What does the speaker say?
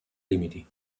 limiti